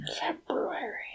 February